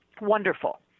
wonderful